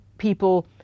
people